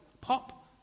Pop